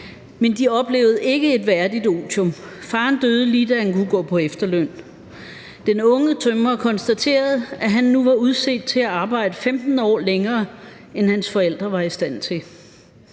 men de oplevede ikke et værdigt otium. Faren døde, lige da han kunne gå på efterløn. Den unge tømrer konstaterede, at han nu var udset til at arbejde 15 år længere, end hans forældre var i stand til.